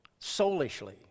soulishly